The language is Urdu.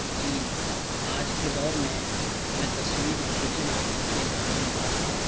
جی آج کے دور میں میں تصویر کھیچنا ایک عام بات ہے